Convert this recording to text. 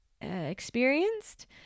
experienced